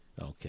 Okay